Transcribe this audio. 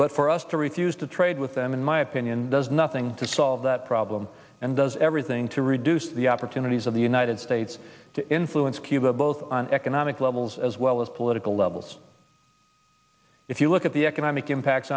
but for us to refuse to trade with them in my opinion does nothing to solve that problem and does everything to reduce the opportunities of the united states to influence cuba both on economic levels as well as political levels if you look at the economic impact